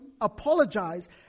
apologize